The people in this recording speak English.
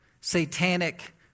satanic